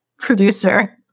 Producer